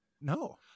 no